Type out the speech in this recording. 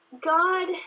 God